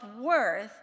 worth